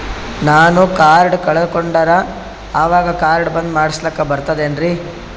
ನಾನು ಕಾರ್ಡ್ ಕಳಕೊಂಡರ ಅವಾಗ ಕಾರ್ಡ್ ಬಂದ್ ಮಾಡಸ್ಲಾಕ ಬರ್ತದೇನ್ರಿ?